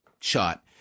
shot